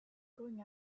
going